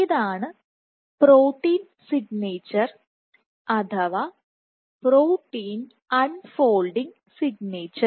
ഇതാണ് protein signature അഥവാ protein unfolding signature